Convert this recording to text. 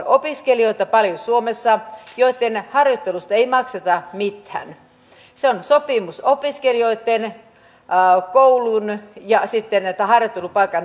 toiveemme onkin että parannuksia voitaisiin etsiä ja toteuttaa yhdessä sillä se on koko parlamentaarisen demokratian toimivuuden ja uskottavuuden kannalta meitä kaikkia koskeva asia